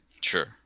sure